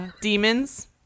demons